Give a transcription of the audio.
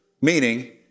meaning